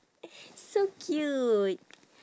so cute